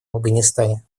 афганистане